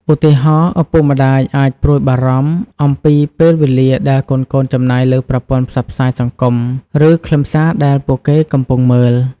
ឧទាហរណ៍ ឪពុកម្តាយអាចព្រួយបារម្ភអំពីពេលវេលាដែលកូនៗចំណាយលើប្រព័ន្ធផ្សព្វផ្សាយសង្គម ឬខ្លឹមសារដែលពួកគេកំពុងមើល។